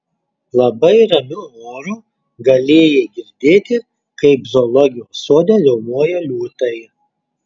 labai ramiu oru galėjai girdėti kaip zoologijos sode riaumoja liūtai